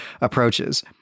approaches